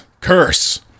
Curse